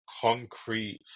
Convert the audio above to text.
concrete